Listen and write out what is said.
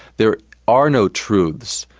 there are no truths,